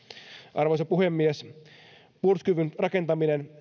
arvoisa puhemies puolustuskyvyn rakentaminen